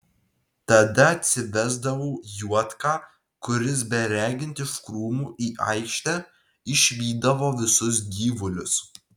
tada atsivesdavau juodką kuris beregint iš krūmų į aikštę išvydavo visus gyvulius